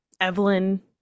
Evelyn